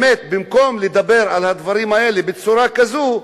במקום לדבר על הדברים האלה בצורה כזו,